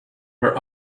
where